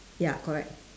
ya correct